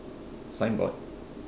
signboard